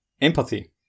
empathy